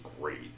great